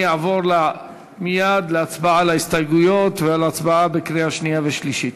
אני אעבור מייד להצבעה על ההסתייגויות ולהצבעה בקריאה שנייה ושלישית.